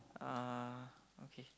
uh okay